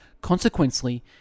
Consequently